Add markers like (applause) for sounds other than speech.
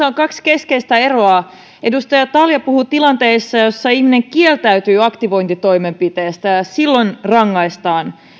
(unintelligible) on kaksi keskeistä eroa edustaja talja puhui tilanteesta jossa ihminen kieltäytyy aktivointitoimenpiteestä ja silloin rangaistaan